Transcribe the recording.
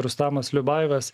rustamas liubajevas